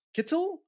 Kittel